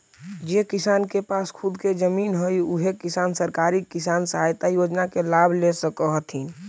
जे किसान के पास खुद के जमीन हइ ओही किसान सरकारी किसान सहायता योजना के लाभ ले सकऽ हथिन